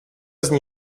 zní